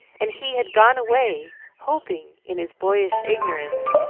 and he had gone away, hoping, in his boyish ignorance,